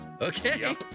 Okay